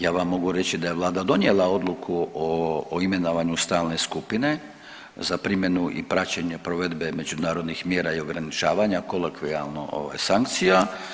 Ja vam mogu reći da je vlada donijela odluku o imenovanju stalne skupine za primjenu i praćenje provedbe međunarodnih mjera i ograničavanja, kolokvijalno sankcija.